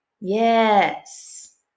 Yes